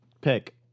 pick